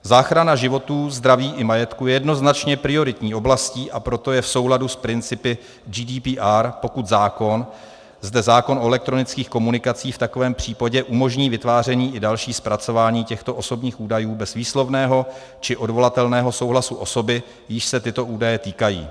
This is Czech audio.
Záchrana životů, zdraví i majetku je jednoznačně prioritní oblastí, a proto je v souladu s principy GDPR, pokud zákon, zde zákon o elektronických komunikacích, v takovém případě umožní vytváření i další zpracování těchto osobních údajů bez výslovného či odvolatelného souhlasu osoby, jíž se tyto údaje týkají.